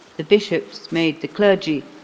the bishops made the clergy,